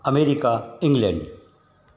America England